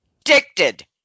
addicted